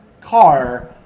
car